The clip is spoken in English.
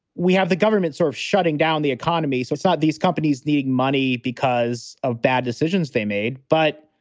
we have the government sort of shutting down the economy, so it's not these companies, the money because of bad decisions they made. but.